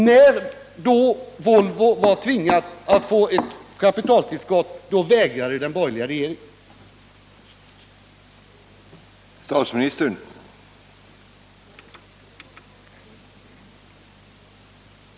När sedan Volvo tvingades ansöka om ett kapitaltillskott, vägrade den borgerliga regeringen gå med på detta.